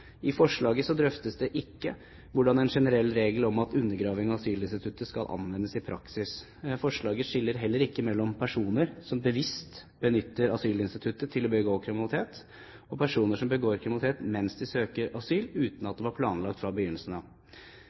I forslaget drøftes det ikke hvordan en generell regel om at «undergraving av asylinstituttet» skal anvendes i praksis. Forslaget skiller heller ikke mellom personer som bevisst benytter asylinstituttet til å begå kriminalitet, og personer som begår kriminalitet mens de søker asyl, uten at det var planlagt fra